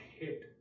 hit